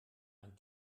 ein